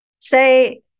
say